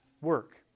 work